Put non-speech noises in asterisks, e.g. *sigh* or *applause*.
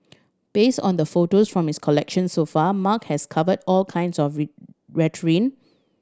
based on the photos from his collection so far Mark has covered all kinds of *unintelligible*